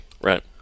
Right